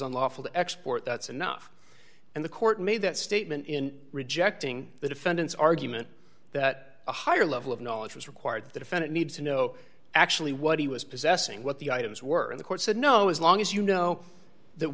unlawful to export that's enough and the court made that statement in rejecting the defendant's argument that a higher level of knowledge was required that the defendant needs to know actually what he was possessing what the items were the court said no as long as you know that